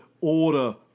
order